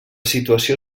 situació